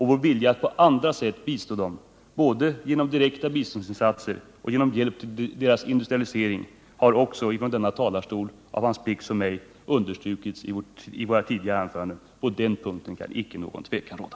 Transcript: Vår vilja att på andra sätt bistå dem, både genom direkta biståndsinsatser och genom hjälp till deras industrialisering, har också understrukits här från talarstolen av Hans Blix och mig i våra tidigare anföranden. På den punkten kan icke någon tvekan råda.